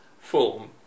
form